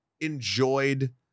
enjoyed